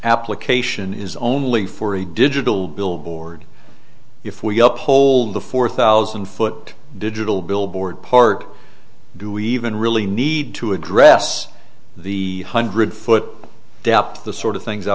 application is only for a digital billboard if we uphold the four thousand foot digital billboard park do we even really need to address the hundred foot depth the sort of things i